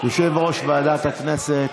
יושב-ראש ועדת הכנסת,